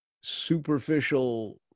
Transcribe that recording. superficial